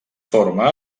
forma